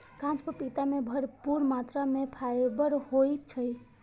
कांच पपीता मे भरपूर मात्रा मे फाइबर होइ छै